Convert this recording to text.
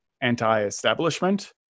anti-establishment